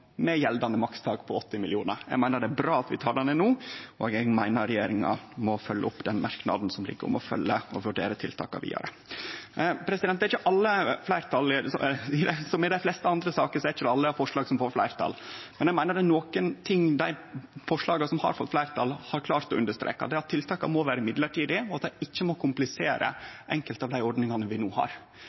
med gjeldande makstak på 80 mill. kr. Eg meiner det er bra at vi tek det ned no, og eg meiner regjeringa må følgje opp den merknaden som ligg, om å følgje og vurdere tiltaka vidare. Som i dei fleste andre saker er det ikkje alle forslag som får fleirtal, men eg meiner det er noko dei forslaga som har fått fleirtal, har klart å understreke. Det er at tiltaka må vere mellombelse, og at dei ikkje må komplisere enkelte av dei ordningane vi no har.